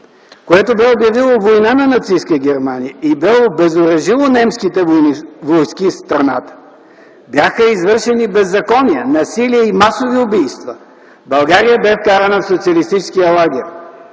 което бе обявило война на нацистка Германия и бе обезоръжило немските войски в страната. Бяха извършени беззакония, насилие и масови убийства. България бе вкарана в социалистическия лагер.